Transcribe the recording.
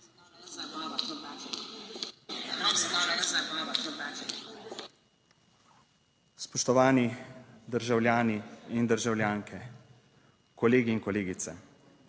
Spoštovani državljani in državljanke, kolegi in kolegice,